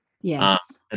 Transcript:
Yes